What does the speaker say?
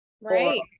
right